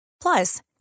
Plus